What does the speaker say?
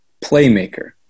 Playmaker